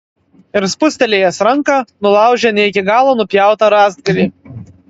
ir spūstelėjęs ranka nulaužė ne iki galo nupjautą rąstgalį